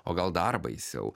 o gal dar baisiau